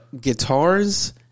guitars